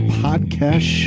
podcast